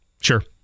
Sure